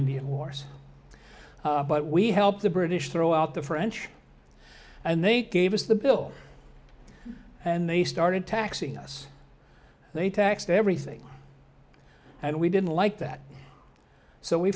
indian wars but we helped the british throw out the french and they gave us the bill and they started taxing us they taxed everything and we didn't like that so we